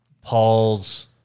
Paul's